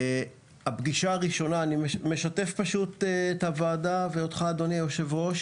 הפגישה הראשונה - אני משתף את הוועדה ואותך אדוני היושב ראש